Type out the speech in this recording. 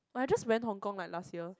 but I just went Hong Kong like last year